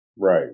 right